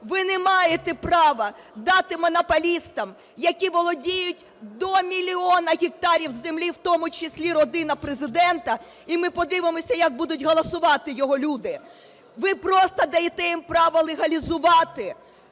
ви не маєте права дати монополістам, які володіють до мільйона гектарів землі, в тому числі родина Президента, і ми подивимося як будуть голосувати його люди. Ви просто даєте їм право легалізувати